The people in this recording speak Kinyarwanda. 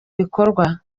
bikorwa